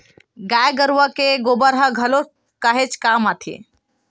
गाय गरुवा के गोबर ह घलोक काहेच के काम आथे